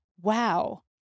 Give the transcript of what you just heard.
Wow